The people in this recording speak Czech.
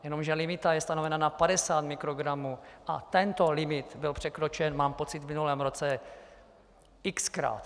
Jenomže limit je stanoven na 50 mikrogramů a tento limit byl překročen v minulém roce xkrát.